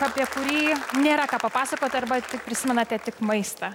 apie kurį nėra ką papasakot arba tik prisimenate tik maistą